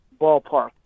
ballpark